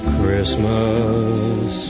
Christmas